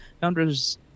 Founders